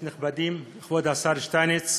נכבדים, כבוד השר שטייניץ,